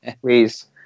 Please